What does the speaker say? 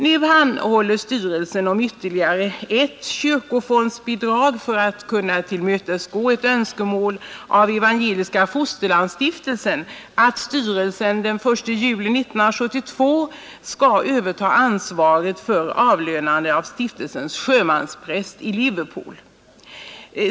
Nu anhåller styrelsen om ytterligare ett kyrkofondsbidrag för att kunna tillmötesgå ett önskemål av Evangeliska fosterlandsstiftelsen att styrelsen den 1 juli 1972 skall överta ansvaret för avlönande av stiftelsens sjömanspräst i Liverpool.